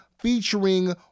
featuring